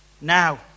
Now